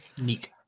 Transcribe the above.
Neat